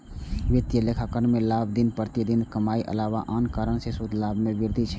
वित्तीय लेखांकन मे लाभ दिन प्रतिदिनक कमाइक अलावा आन कारण सं शुद्ध लाभ मे वृद्धि छियै